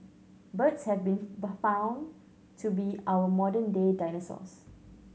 birds have been found to be our modern day dinosaurs